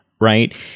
right